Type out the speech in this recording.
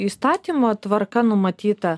įstatymo tvarka numatyta